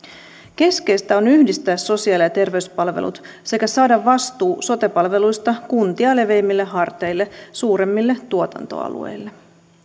keskeistä on yhdistää sosiaali ja terveyspalvelut sekä saada vastuu sote palveluista kuntia leveämmille harteille suuremmille tuotantoalueille